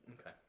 Okay